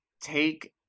take